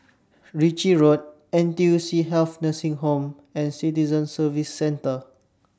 Ritchie Road N T U C Health Nursing Home and Citizen Services Centre